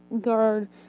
Guard